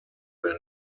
than